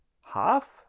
half